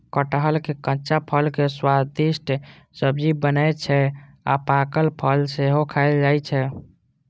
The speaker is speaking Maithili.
कटहलक कच्चा फल के स्वादिष्ट सब्जी बनै छै आ पाकल फल सेहो खायल जाइ छै